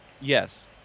yes